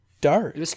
dark